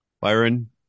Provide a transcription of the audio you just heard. byron